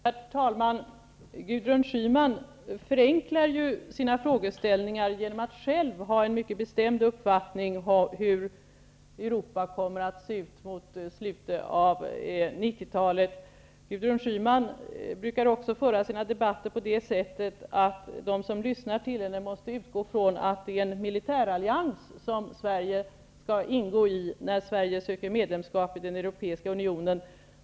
Herr talman! Gudrun Schyman förenklar sina frågeställningar genom att själv ha en mycket bestämd uppfattning om hur Europa kommer att se ut mot slutet av 90-talet. Gudrun Schyman brukar också föra sina debatter på det sättet att de som lyssnar till henne måste utgå från att det är en militärallians som Sverige skall ingå i när Sverige söker medlemskap i den europeiska unionen.